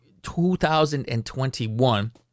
2021